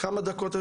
כמה דקות.